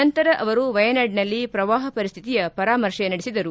ನಂತರ ಅವರು ವೈಯನಾಡಿನಲ್ಲಿ ಪ್ರವಾಹ ಪರಿಸ್ತಿತಿಯ ಪರಾಮರ್ಶೆ ನಡೆಸಿದರು